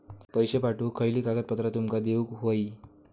पैशे पाठवुक खयली कागदपत्रा तुमका देऊक व्हयी?